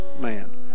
man